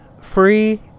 free